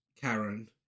Karen